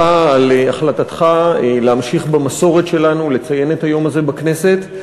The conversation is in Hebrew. על החלטתך להמשיך במסורת שלנו לציין את היום הזה בכנסת.